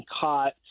caught